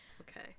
Okay